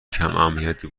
کماهمیتی